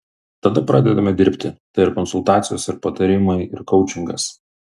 tada pradedame dirbti tai ir konsultacijos ir patarimai ir koučingas